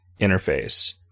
interface